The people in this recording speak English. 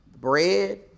bread